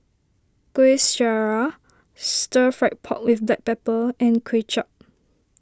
Kuih Syara Stir Fried Pork with Black Pepper and Kway Chap